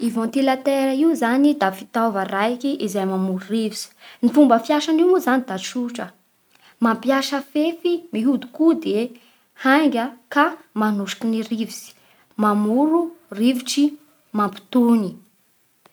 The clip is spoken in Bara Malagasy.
I vantilatera io zany da fitaova raiky izay mamoro rivotsy. Ny fomba fiasan'io moa zany da tsotra: mampiasa fefy mihodikody e hainga ka manosiky ny rivotsy, mamoro rivotry mampitony.